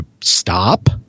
stop